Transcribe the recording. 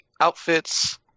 outfits